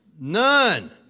None